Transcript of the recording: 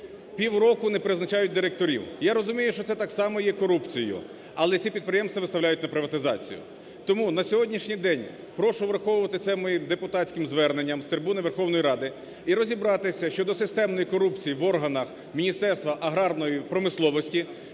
півроку не призначають директорів. Я розумію, що це так само є корупцією, але ці підприємства виставляють на приватизацію. Тому на сьогоднішній день прошу враховувати це моїм депутатським зверненням з трибуни Верховної Ради і розібратися щодо системної корупції в органах Міністерства аграрної промисловості